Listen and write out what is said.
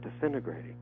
disintegrating